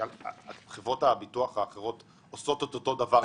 חברות הביטוח האחרות עושות את אותו דבר?